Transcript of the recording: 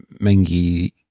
Mengi